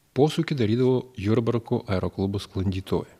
posūkį darydavau jurbarko aeroklubo sklandytuve